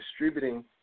distributing